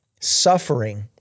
suffering